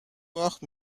باخت